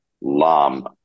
Lam